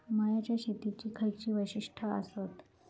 मळ्याच्या शेतीची खयची वैशिष्ठ आसत?